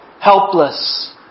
helpless